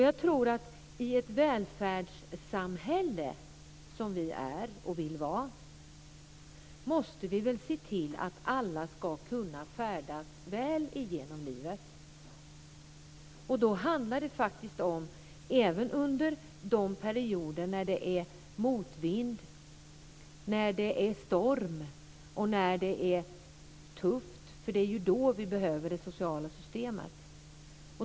Jag tror att i ett välfärdssamhälle som vi har och vill ha måste vi se till att alla ska kunna färdas väl genom livet. Det handlar även om de perioder när det är motvind, när det är storm och när det är tufft, för det är ju då vi behöver det sociala systemet.